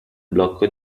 blocco